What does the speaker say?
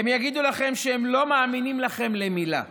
הם יגידו לכם שהם לא מאמינים לכם למילה.